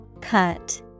cut